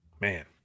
man